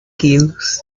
quilos